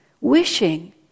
wishing